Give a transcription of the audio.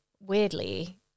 weirdly